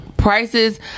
Prices